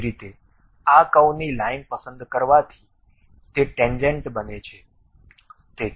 એ જ રીતે આ કર્વની લાઇન પસંદ કરવાથી તે ટેન્જેન્ટ બને છે